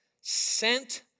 sent